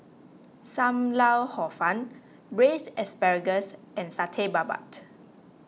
Sam Lau Hor Fun Braised Asparagus and Satay Babat